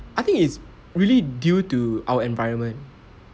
I think it's really due to our environment